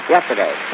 Yesterday